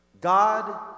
God